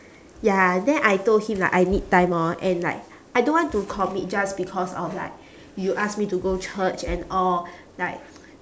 ya then I told him like I need time lor and like I don't want to commit just because of like you ask me to go church and all like